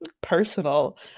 personal